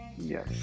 Yes